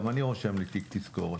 גם אני רושם לי תיק תזכורת.